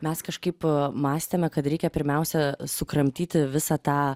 mes kažkaip mąstėme kad reikia pirmiausia sukramtyti visą tą